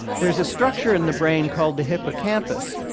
there's a structure in the brain called the hippocampus,